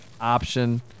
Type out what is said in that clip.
option